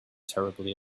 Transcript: terribly